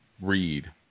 read